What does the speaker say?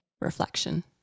reflection